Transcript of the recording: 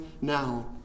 now